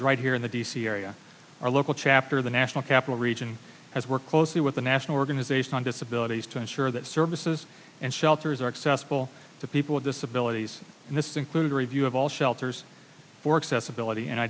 is right here in the d c area our local chapter the national capital region has worked closely with the national organization on disability to ensure that services and shelters are accessible to people with disabilities and this includes review of all shelters for accessibility and